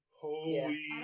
Holy